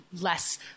less